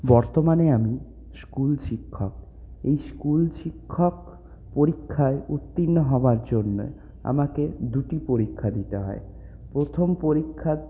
বর্তমানে আমি স্কুল শিক্ষক এই স্কুল শিক্ষক পরীক্ষায় উত্তীর্ণ হওয়ার জন্যে আমাকে দুটি পরীক্ষা দিতে হয় প্রথম পরীক্ষা